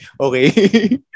okay